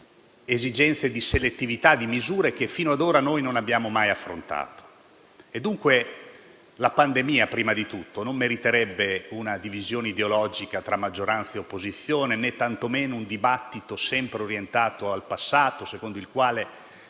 esigenze di selezione di misure che fino ad ora non abbiamo mai affrontato. La pandemia, quindi, prima di tutto non meriterebbe una divisione ideologica tra maggioranza e opposizione, né tantomeno un dibattito sempre orientato al passato, secondo il quale